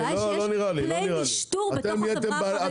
הבעיה היא שיש כלי שיטור בתוך החברה החרדית.